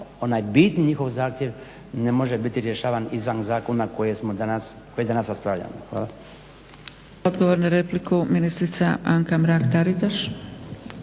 onaj bitni njihov zahtjev ne može biti rješavan izvan zakona koje danas raspravljamo. Hvala.